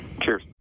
Cheers